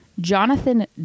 Jonathan